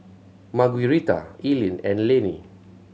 Margueritta Eileen and Lannie